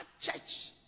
church